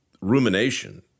rumination